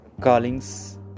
callings